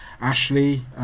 Ashley